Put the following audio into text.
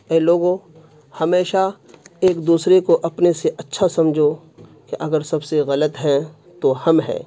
اے لوگو ہمیشہ ایک دوسرے کو اپنے سے اچھا سمجھو کہ اگر سب سے غلط ہیں تو ہم ہیں